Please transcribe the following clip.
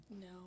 No